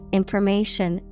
information